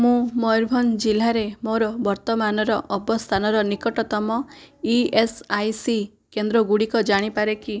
ମୁଁ ମୟୂରଭଞ୍ଜ ଜିଲ୍ଲାରେ ମୋର ବର୍ତ୍ତମାନର ଅବସ୍ଥାନର ନିକଟତମ ଇ ଏସ୍ ଆଇ ସି କେନ୍ଦ୍ର ଗୁଡ଼ିକ ଜାଣିପାରେ କି